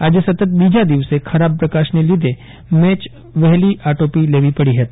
આજે સતત બીજા દિવસે ખરાબ પ્રકાશને લીધે મેચ વહેલી આટોપી લેવી પડી હતી